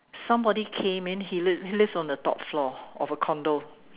somebody came in he live he lives on the top floor of a condo